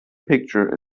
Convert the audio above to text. picture